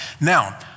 Now